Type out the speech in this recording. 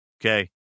Okay